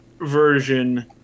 version